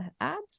ads